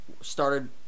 started